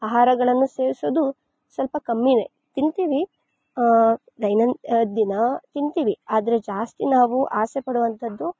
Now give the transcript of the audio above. ಆಹಾರಗಳನ್ನು ಸೇವಿಸೋದು ಸ್ವಲ್ಪ ಕಮ್ಮಿಯೇ ತಿಂತೀವಿ ದೈನಂ ದಿನಾ ತಿಂತೀವಿ ಆದರೆ ಜಾಸ್ತಿ ನಾವು ಆಸೆ ಪಡುವಂಥದ್ದು